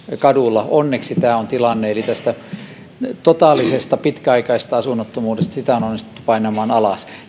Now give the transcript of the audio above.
kadulla onneksi tämä on tilanne eli tätä totaalista pitkäaikaista asunnottomuutta on onnistuttu painamaan alas